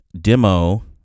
demo